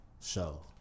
show